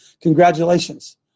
Congratulations